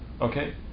Okay